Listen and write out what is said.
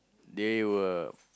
they were